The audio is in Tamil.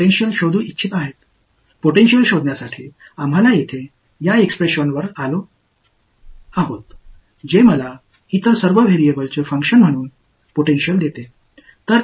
பொடன்டியலை கண்டுபிடிப்பதற்காக இந்த வெளிப்பாட்டிற்கு நாம் இங்கு வந்துள்ளோம் இது மற்ற அனைத்து மாறிகளின் செயல்பாடாக எனக்கு பொடன்டியலை அளிக்கிறது